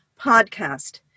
podcast